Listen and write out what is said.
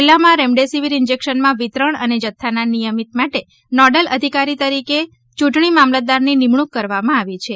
જીલ્લામાં રેમડેસિવિર ઇન્જેકશનમાં વિતરણ અને જથ્થાના નિયમિત માટે નોડલ અધિકારી તરીકે ચૂંટણી મામલતદારની નિમણૂક કરવામાં આવી છે